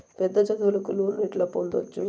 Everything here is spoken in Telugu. పెద్ద చదువులకు లోను ఎట్లా పొందొచ్చు